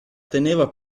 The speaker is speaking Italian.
teneva